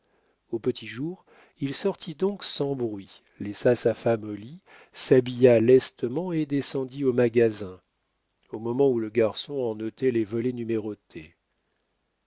au petit jour il sortit donc sans bruit laissa sa femme au lit s'habilla lestement et descendit au magasin au moment où le garçon en ôtait les volets numérotés